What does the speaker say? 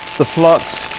the flux,